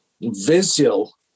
visual